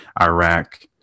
Iraq